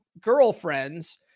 girlfriends